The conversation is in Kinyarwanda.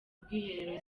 bwiherero